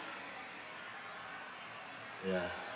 ya